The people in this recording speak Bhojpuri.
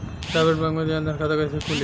प्राइवेट बैंक मे जन धन खाता कैसे खुली?